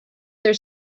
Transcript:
their